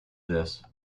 this